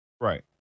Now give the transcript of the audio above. Right